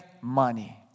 money